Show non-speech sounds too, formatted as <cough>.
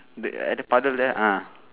the <noise> at the puddle there ah